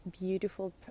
beautiful